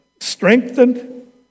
strengthened